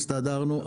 הסתדרנו,